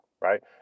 right